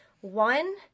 One